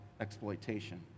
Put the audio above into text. exploitation